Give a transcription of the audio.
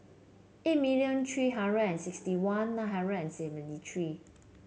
eight million three hundred and sixty one nine hundred and seventy three